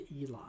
Eli